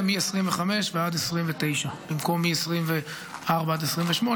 מ-2025 ועד 2029. במקום מ-2024 עד 2028,